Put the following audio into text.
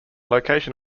location